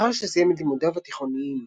לאחר שסיים את לימודיו התיכוניים